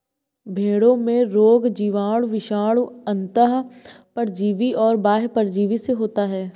भेंड़ों में रोग जीवाणु, विषाणु, अन्तः परजीवी और बाह्य परजीवी से होता है